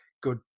good